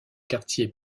quartier